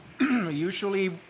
Usually